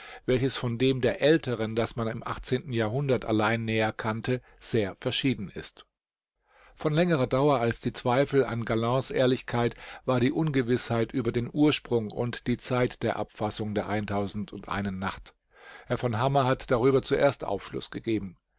welches von dem der älteren das man im achtzehnten jahrhundert allein näher kannte sehr verschieden ist von längerer dauer als die zweifel an gallands ehrlichkeit war die ungewißheit über den ursprung und die zeit der abfassung der nacht h v hammer hat darüber zuerst aufschluß gegeben